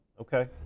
Okay